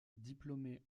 diplômé